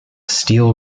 steel